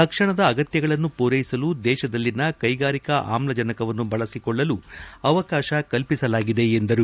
ತಕ್ಷಣದ ಅಗತ್ಯಗಳನ್ನು ಪೂರೈಸಲು ದೇಶದಲ್ಲಿನ ಕೈಗಾರಿಕಾ ಆಮ್ಲಜನಕವನ್ನು ಬಳಸಿಕೊಳ್ಳಲು ಅವಕಾಶಕಲ್ಲಿ ಸಲಾಗಿದೆ ಎಂದರು